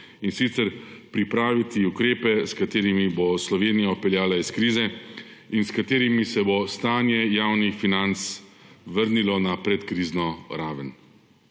in sicer pripraviti ukrepe, s katerimi bo Slovenijo peljala iz krize in s katerimi se bo stanje javnih financ vrnilo na predkrizno raven.